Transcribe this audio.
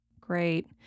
Great